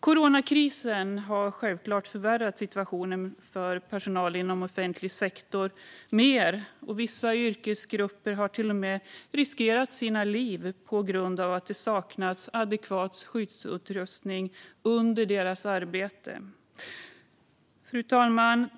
Coronakrisen har självklart förvärrat situationen för personal inom offentlig sektor ytterligare. Vissa yrkesgrupper har till och med riskerat livet på grund av att det saknats adekvat skyddsutrustning under deras arbete. Fru talman!